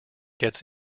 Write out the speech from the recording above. gets